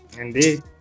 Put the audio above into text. indeed